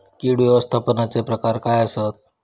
कीड व्यवस्थापनाचे प्रकार काय आसत?